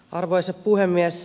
arvoisa puhemies